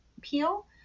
peel